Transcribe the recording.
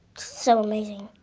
so amazing.